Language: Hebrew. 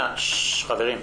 מרים ספיר,